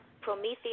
Prometheus